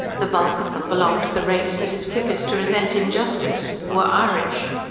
the bulk of them belonged to the race that is quickest to resent injustice were irish.